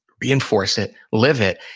reinforce it, live it,